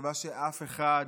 במחשבה שאף אחד